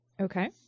Okay